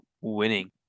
winning